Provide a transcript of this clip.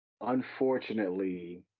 unfortunately